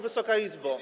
Wysoka Izbo!